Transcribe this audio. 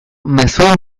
mezuen